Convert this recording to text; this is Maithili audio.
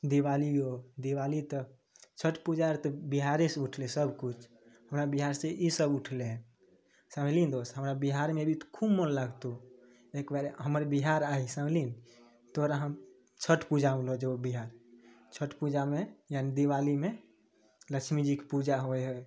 दिवालियो दिवाली तऽ छठि पूजा आओर तऽ बिहारे से ऊठलै सब किछु हमरा बिहार से ईसब ऊठलै हँ समझलीही ने दोस्त हमरा बिहारमे एबही तऽ खूब मोन लगतौ एकबार हमर बिहार आही समझली ने तोरा हम छठि पूजामे लऽ जेबौ बिहार छठि पूजामे यानी दिवालीमे लक्ष्मी जीके पूजा होइ है